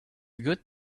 good